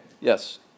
yes